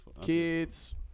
Kids